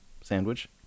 sandwich